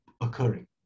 occurring